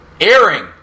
airing